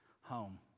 home